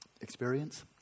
experience